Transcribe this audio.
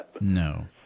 No